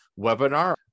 webinar